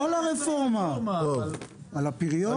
לא על הרפורמה, על הפריון, על שוק המניות.